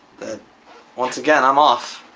once again, i'm off.